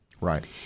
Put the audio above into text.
Right